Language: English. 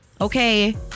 Okay